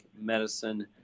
medicine